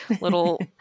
little